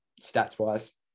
stats-wise